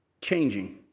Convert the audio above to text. changing